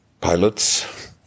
pilots